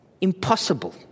impossible